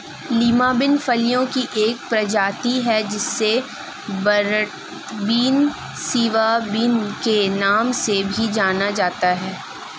Lima bean फलियों की एक प्रजाति है जिसे बटरबीन, सिवा बिन के नाम से भी जाना जाता है